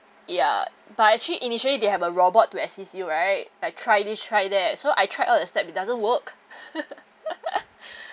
ya but actually initially they have a robot to assist you right like try this try that so I tried out the step it doesn't work